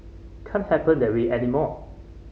can't happen that way anymore